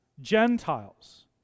Gentiles